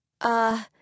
Uh